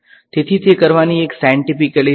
તેથી તે કરવાની એક સાયંટીફીકલી રીત છે